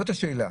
זאת השאלה.